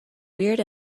weird